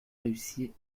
réussit